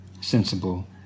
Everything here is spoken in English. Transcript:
sensible